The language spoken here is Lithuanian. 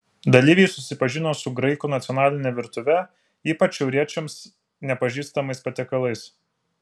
dalyviai susipažino su graikų nacionaline virtuve ypač šiauriečiams nepažįstamais patiekalais